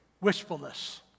wishfulness